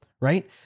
right